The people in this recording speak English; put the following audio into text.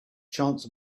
chance